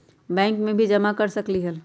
Bank में भी जमा कर सकलीहल?